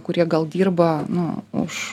kurie gal dirba nu už